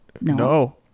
No